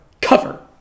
cover